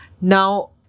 Now